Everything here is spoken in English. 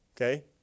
Okay